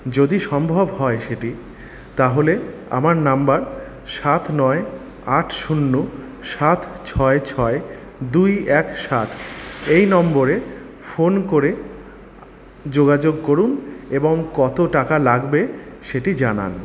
যদি সম্ভব হয় সেটি তাহলে আমার নম্বর সাত নয় আট শূন্য সাত ছয় ছয় দুই এক সাত এই নম্বরে ফোন করে যোগাযোগ করুন এবং কত টাকা লাগবে সেটি জানান